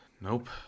Nope